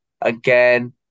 Again